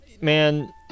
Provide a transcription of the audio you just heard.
Man